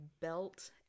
belt